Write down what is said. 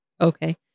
Okay